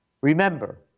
Remember